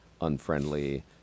unfriendly